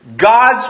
God's